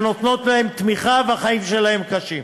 שנותנות להם תמיכה והחיים שלהן קשים.